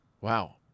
Wow